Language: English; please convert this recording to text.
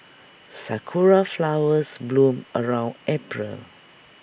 Sakura Flowers bloom around April